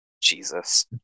Jesus